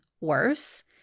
worse